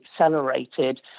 accelerated